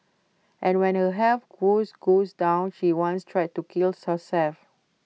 and when her health woes down she once tried to kill herself